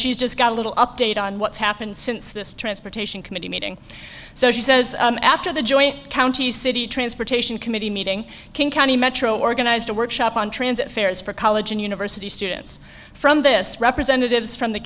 she's just got a little update on what's happened since this transportation committee meeting so she says after the joint county city transportation committee meeting king county metro organized a workshop on transit fares for college and university students from this representatives from the